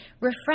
refresh